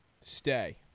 Stay